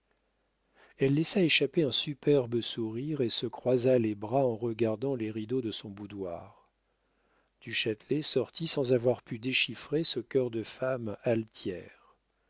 elle laissa échapper un superbe sourire et se croisa les bras en regardant les rideaux de son boudoir du châtelet sortit sans avoir pu déchiffrer ce cœur de femme altière